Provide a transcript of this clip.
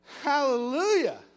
Hallelujah